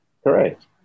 Correct